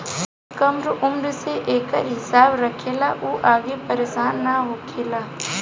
जे कम उम्र से एकर हिसाब रखेला उ आगे परेसान ना होखेला